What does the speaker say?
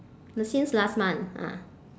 no since last month ah